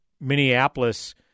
Minneapolis